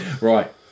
Right